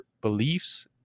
beliefs